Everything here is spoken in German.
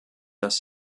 dass